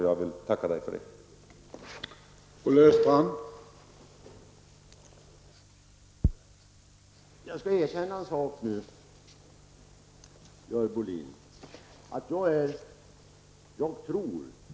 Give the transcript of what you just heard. Jag vill tacka Olle Östrand för det.